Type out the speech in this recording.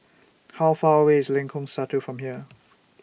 How Far away IS Lengkong Satu from here